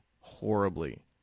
horribly